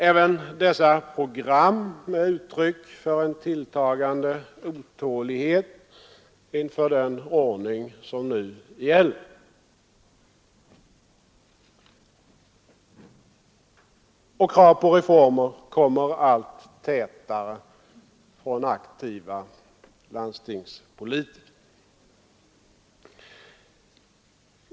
Även dessa program är uttryck för en tilltagande otålighet inför den ordning som nu gäller. Och krav på reformer kommer allt tätare från aktiva landstingspolitiker.